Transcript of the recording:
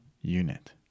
unit